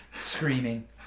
Screaming